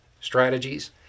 strategies